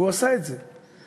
והוא עשה את זה.